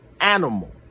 animal